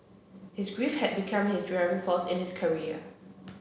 his grief had become his driving force in his career